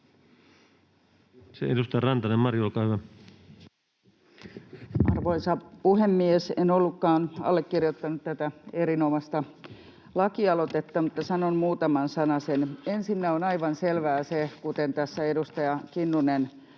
Arvoisa puhemies! En ollutkaan allekirjoittanut tätä erinomaista lakialoitetta, mutta sanon muutaman sanasen. Ensinnä on aivan selvää se, kuten tässä edustaja Kinnunen